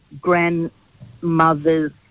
grandmother's